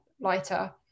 lighter